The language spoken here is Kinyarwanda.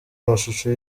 amashusho